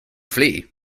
flee